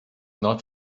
not